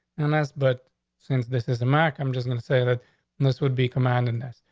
and that's but since this is a mac, i'm just going to say that this would be commanded next.